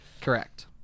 Correct